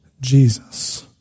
Jesus